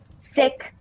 sick